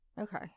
Okay